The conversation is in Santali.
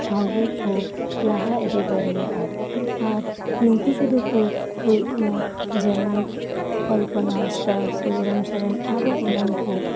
ᱥᱟᱶᱦᱮᱫ ᱵᱚ ᱞᱟᱦᱟ ᱤᱫᱤ ᱫᱟᱲᱮᱭᱟᱜᱼᱟ ᱟᱨ ᱱᱩᱠᱩ ᱠᱚᱫᱩᱠᱩ ᱦᱩᱭᱩᱜ ᱠᱟᱱᱟ ᱡᱮᱢᱚᱱ ᱠᱚᱞᱯᱚᱱᱟ ᱦᱟᱸᱥᱫᱟᱜ ᱥᱤᱵᱩᱨᱟᱢ ᱥᱚᱨᱮᱱ ᱟᱨᱚ ᱮᱢᱟᱱ ᱠᱚ